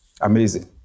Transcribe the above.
Amazing